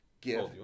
give